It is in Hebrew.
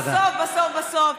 בסוף בסוף בסוף,